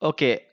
Okay